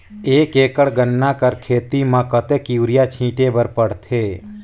एक एकड़ गन्ना कर खेती म कतेक युरिया छिंटे बर पड़थे?